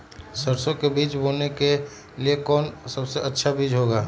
सरसो के बीज बोने के लिए कौन सबसे अच्छा बीज होगा?